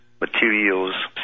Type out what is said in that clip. materials